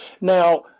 Now